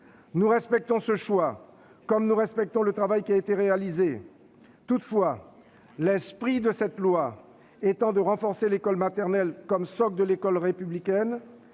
Nous respectons ce choix, comme nous respectons le travail qui a été réalisé. Toutefois, l'esprit de cette loi étant de renforcer l'école maternelle comme socle de l'école républicaine,